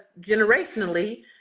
generationally